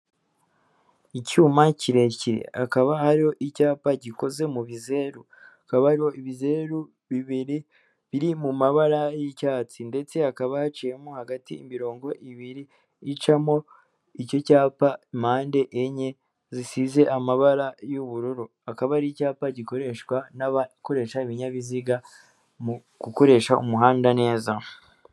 Icyuma kirekire hakaba hariho icyapa gikoze mu bizeru, hakaba hariho ibizeru bibiri biri mu mabara y'icyatsi ndetse hakaba haciyemo hagati imirongo ibiri icamo icyo cyapa mpande enye zisize amabara y'ubururu, akaba ari icyapa gikoreshwa n'abakoresha ibinyabiziga mu gukoresha umuhanda neza.